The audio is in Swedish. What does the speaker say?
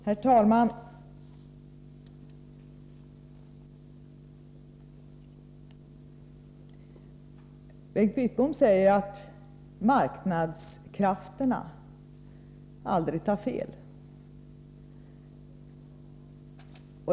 Herr talman! Bengt Wittbom säger att marknadskrafterna aldrig tar fel.